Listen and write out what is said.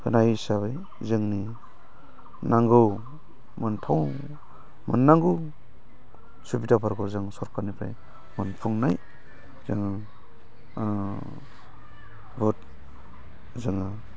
होनाय हिसाबै जोंनि नांगौ मोनथाव मोननांगौ सुबिदाफोरखौ जों सरखारनिफ्राय मोनफुंनाय जोङो बहुद जोङो